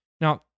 Now